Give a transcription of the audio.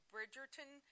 Bridgerton